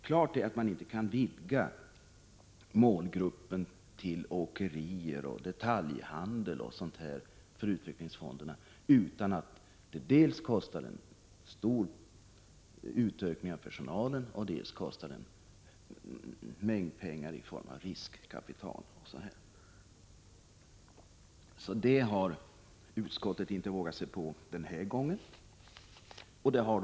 Klart är att man inte kan vidga målgruppen för utvecklingsfonderna till åkerier, detaljhandel osv. utan att detta dels medför en stor utökning av personalen, dels kostar en mängd pengar i form av riskkapital. Det har utskottet inte vågat sig på den här gången heller.